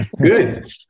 Good